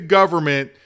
government